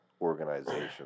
organization